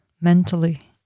mentally